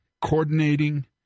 coordinating